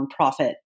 nonprofit